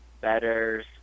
Better's